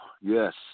yes